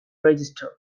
register